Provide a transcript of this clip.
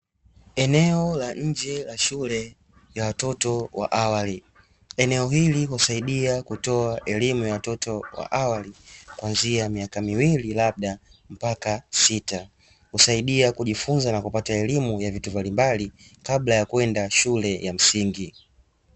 Eneo la nje la shule ya watoto wa awali. Eneo hili husaidia kutoa elimu ya watoto wa awali, kwanzia miaka miwili labda mpaka sita. Husaidia kujifunza na kupata elimu ya vitu mbalimbali kabla ya kwenda shule ya msingi.